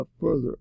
further